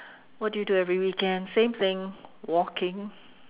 what do you do every weekend same thing walking